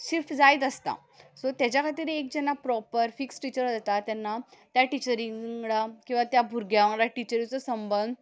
shift जायत आसता सो तेज्या खातीर जेन्ना प्रोपर फिक्स टिचर्स आसता तेन्ना त्या टिचरी वांगडा किंवां त्या भुरग्या वांगडा त्या टिचरीचो संबंद